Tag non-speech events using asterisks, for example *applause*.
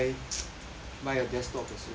*noise* buy a desktop also sia